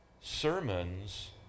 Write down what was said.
sermons